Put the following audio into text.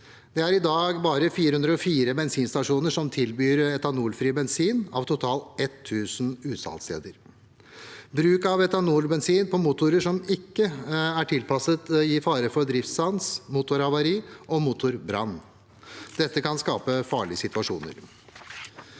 Det er i dag bare 404 bensinstasjoner som tilbyr etanolfri bensin, av totalt 1 000 utsalgssteder. Bruk av etanolbensin på motorer som ikke er tilpasset, gir fare for driftsstans, motorhavari og motorbrann. Dette kan skape farlige situasjoner.